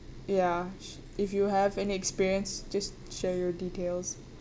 ya if you have any experience just share your details